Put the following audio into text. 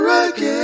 again